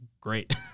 great